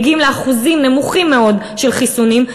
מגיעים לאחוזים נמוכים מאוד של חיסונים,